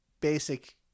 basic